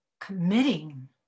committing